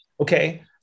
Okay